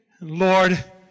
Lord